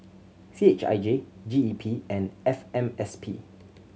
C H I J G E P and F M S P